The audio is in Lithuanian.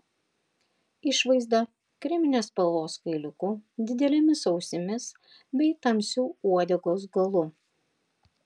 išvaizda kreminės spalvos kailiuku didelėmis ausimis bei tamsiu uodegos galu